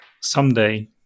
someday